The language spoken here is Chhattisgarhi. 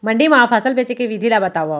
मंडी मा फसल बेचे के विधि ला बतावव?